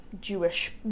Jewish